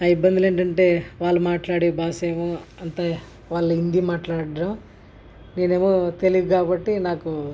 ఆ ఇబ్బందులు ఏంటంటే వాళ్ళు మాట్లాడే భాష ఏమో అంతా వాళ్ళు హిందీ మాట్లాడటం నేనేమో తెలియదు కాబట్టి నాకు